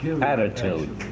attitude